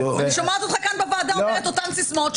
אני שומעת אותך כאן בוועדה אומר את אותן סיסמאות,